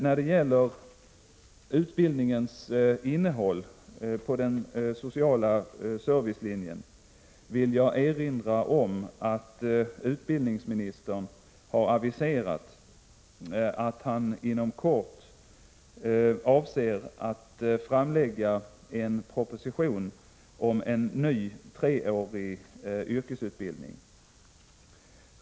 När det gäller utbildningens innehåll på den sociala servicelinjen vill jag erinra om att utbildningsministern har aviserat att han inom kort avser att framlägga en proposition om en ny treårig yrkesutbildning.